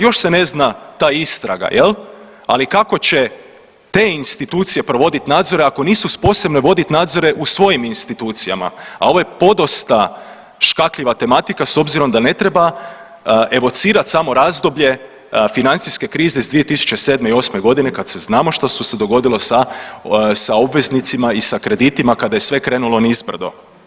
Još se ne zna ta istraga jel, ali kako će te institucije provoditi nadzore ako nisu sposobne voditi nadzore u svojim institucijama, a ovo je podosta škakljiva tematika s obzirom da ne treba evocirat smo razdoblje financijske krize iz 2007. i osme godine kad se znamo što se dogodilo sa obveznicima i sa kreditima kada je sve krenulo nizbrdo.